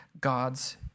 God's